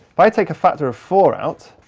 i'll take a factor of four out.